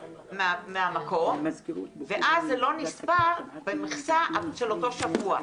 מהמקום ואז זה לא נספר במכסה של אותו שבוע.